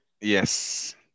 Yes